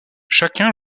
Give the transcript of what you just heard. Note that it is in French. chacun